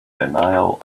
denial